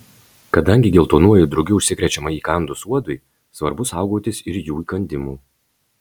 kadangi geltonuoju drugiu užsikrečiama įkandus uodui svarbu saugotis ir jų įkandimų